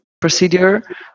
procedure